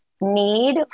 need